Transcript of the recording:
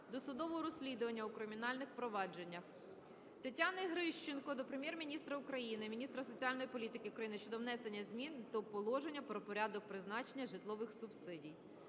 досудового розслідування у кримінальних провадженнях. Тетяни Грищенко до Прем'єр-міністра України, міністра соціальної політики України щодо внесення змін до Положення про порядок призначення житлових субсидій.